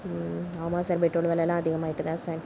ம் ஆமாம் sir petrol விலைலாம் அதிகமாகிட்டு தான் சார்